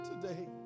today